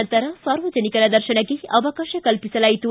ನಂತರ ಸಾರ್ವಜನಿಕರ ದರ್ಶನಕ್ಕೆ ಅವಕಾಶ ಕಲ್ಪಿಸಲಾಯಿತು